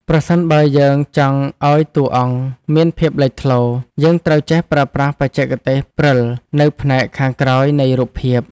ប្រសិនបើយើងចង់ឱ្យតួអង្គមានភាពលេចធ្លោ យើងត្រូវចេះប្រើប្រាស់បច្ចេកទេសព្រិលនៅផ្នែកខាងក្រោយនៃរូបភាព។